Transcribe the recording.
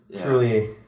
truly